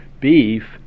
beef